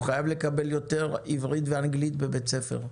הוא חייב לקבל יותר עברית ואנגלית בבית הספר.